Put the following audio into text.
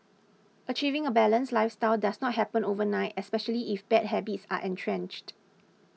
achieving a balanced lifestyle does not happen overnight especially if bad habits are entrenched